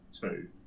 two